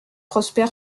prosper